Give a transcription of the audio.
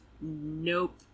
Nope